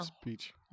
speech